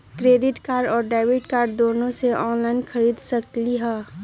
Credit card और debit card दोनों से ऑनलाइन खरीद सकली ह?